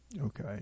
Okay